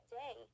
day